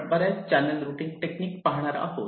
आपण बऱ्याच channel routing technique पाहणार आहोत